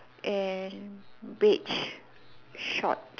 and beige short